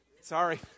Sorry